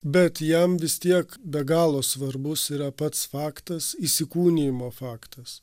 bet jam vis tiek be galo svarbus yra pats faktas įsikūnijimo faktas